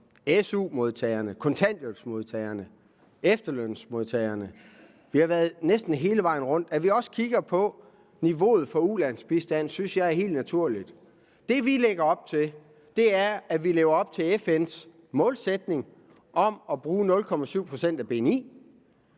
SU-modtagerne, kontanthjælpsmodtagerne og efterlønsmodtagerne. Vi har været næsten hele vejen rundt. At vi også kigger på niveauet for ulandsbistand, synes jeg er helt naturligt. Det, vi lægger op til, er, at vi lever op til FN's målsætning om at bruge 0,7 pct. af BNI.